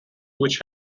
which